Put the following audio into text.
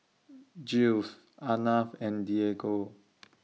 Jules Arnav and Diego